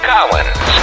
Collins